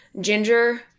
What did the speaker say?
ginger